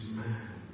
man